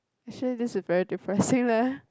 actually this is very depressing leh